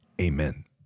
amen